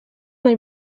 nahi